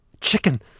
Chicken